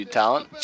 talent